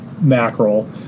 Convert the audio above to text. mackerel